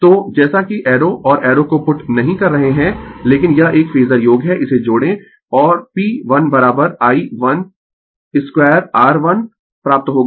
तो जैसा कि एरो और एरो को पुट नहीं कर रहे है लेकिन यह एक फेजर योग है इसे जोडें और P 1 I 1 2R1 प्राप्त होगा 237 वाट P 2 I 2R2 ठीक है R2 वह है r R2 6 R1 है 4 है